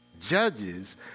judges